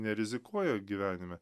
nerizikuoja gyvenime